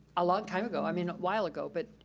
a long time ago, i mean a while ago, but,